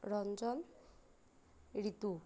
Ranjan Ritu